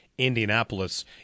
Indianapolis